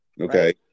okay